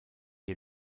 est